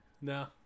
No